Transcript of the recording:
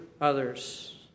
others